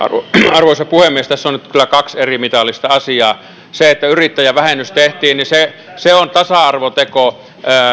arvoisa puhemies tässä on nyt kyllä kaksi erimitallista asiaa se että yrittäjävähennys tehtiin on tasa arvoteko